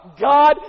God